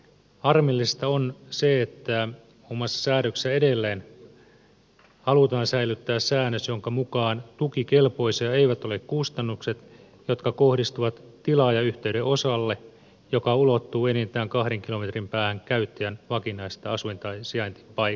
harmillista on se että muun muassa säädöksessä edelleen halutaan säilyttää säännös jonka mukaan tukikelpoisia eivät ole kustannukset jotka kohdistuvat tilaajayhteyden osalle joka ulottuu enintään kahden kilometrin päähän käyttäjän vakinaisesta asuin tai sijaintipaikasta